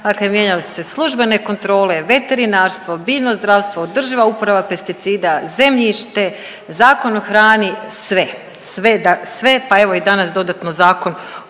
dakle mijenjale su se službene kontrole, veterinarstvo, biljno zdravstvo, održiva uporaba pesticida, zemljište, Zakon o hrani, sve, sve da, sve, pa evo i danas dodatno Zakon